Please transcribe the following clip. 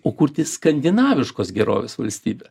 o kurti skandinaviškos gerovės valstybę